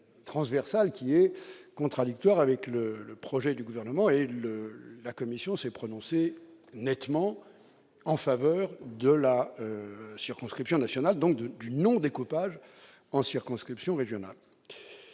transversale ». Elle est contradictoire avec le projet du Gouvernement. La commission s'est prononcée nettement en faveur de la circonscription nationale, donc contre le découpage en circonscriptions régionales.